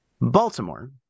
Baltimore